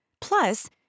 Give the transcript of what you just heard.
plus